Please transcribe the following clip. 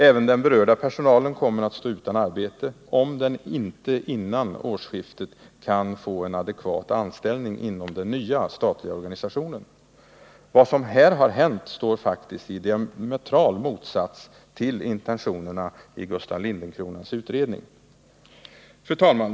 Även den berörda personalen kommer att så utan arbete om den inte före årsskiftet kan få er. adekvat anställning inom den nya statliga organisationen. Vad som här har hänt står faktiskt i diametral motsats till intentionerna i Gustaf Lindencronas utredning. Fru talman!